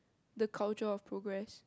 the culture of progress